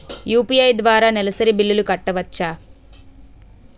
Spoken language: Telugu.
యు.పి.ఐ ద్వారా నెలసరి బిల్లులు కట్టవచ్చా?